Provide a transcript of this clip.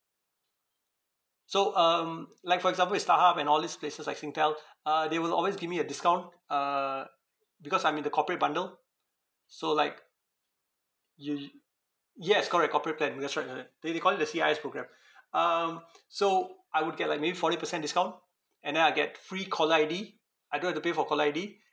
so um like for example in starhub and all these places like singtel uh they will always give me a discount uh because I'm in the corporate bundle so like you yes correct corporate plan that's right uh they they call it the C_I_S programme um so I would get like maybe forty percent discount and then I get free caller I_D I don't have to pay for caller I_D